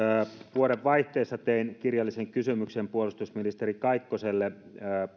vuodenvaihteessa tein kirjallisen kysymyksen puolustusministeri kaikkoselle